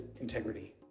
integrity